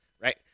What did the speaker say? Right